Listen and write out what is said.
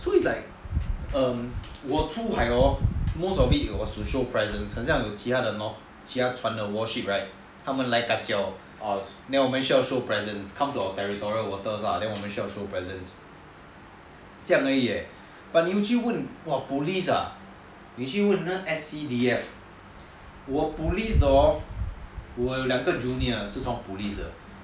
so it's like um 我出海 hor most of it was to show presence 很像其他船的 war ship right 他们来 ka jiao then 我们需要 show presence come to our territorial waters then 我们需要 show presence 这样而已 leh but usually 去问 !wah! police ah 你去问那个 S_C_D_F 我 police 的 hor 我有两个 junior 是从 police 的